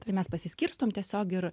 tai mes pasiskirstom tiesiog ir